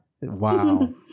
wow